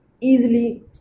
easily